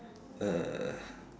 uh